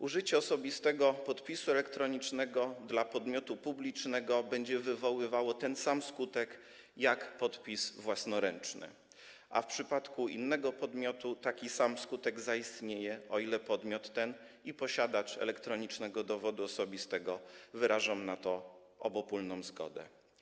Użycie osobistego podpisu elektronicznego przez podmiot publiczny będzie wywoływało ten sam skutek co podpis własnoręczny, a w przypadku innego podmiotu taki sam skutek zaistnieje, o ile podmiot ten i posiadacz elektronicznego dowodu osobistego wyrażą na to obopólną zgodę.